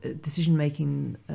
decision-making